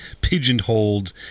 pigeonholed